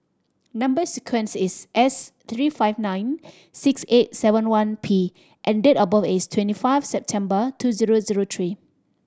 number sequence is S three five nine six eight seven one P and date of birth is twenty five September two zero zero three